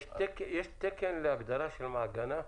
האם יש תקן להגדרה של מעגנה?